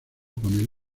con